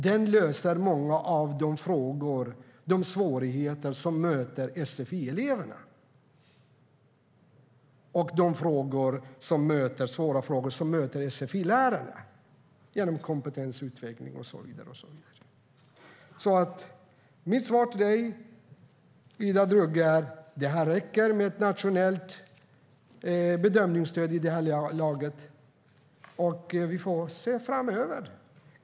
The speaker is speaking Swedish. Den löser många av de frågor och svårigheter som sfi-eleverna möter och de svåra frågor som sfi-lärarna möter, genom kompetensutveckling och så vidare. Mitt svar till dig, Ida Drougge, är att ett nationellt bedömningsstöd räcker. Vi får se framöver.